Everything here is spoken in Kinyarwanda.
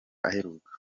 aheruka